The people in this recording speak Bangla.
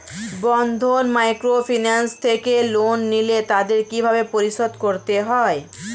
বন্ধন মাইক্রোফিন্যান্স থেকে লোন নিলে তাদের কিভাবে পরিশোধ করতে হয়?